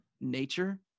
nature